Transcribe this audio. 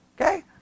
okay